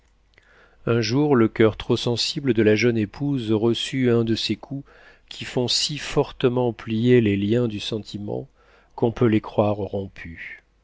un jour le coeur trop sensible de la jeune épouse reçut un de ces coups qui font si fortement plier les liens du sentiment qu'on peut les croire rompus